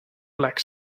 black